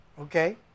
Okay